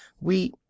We—